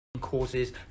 causes